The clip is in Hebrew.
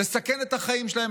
לסכן את החיים שלהם,